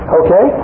okay